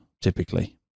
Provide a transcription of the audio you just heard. typically